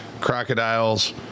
crocodiles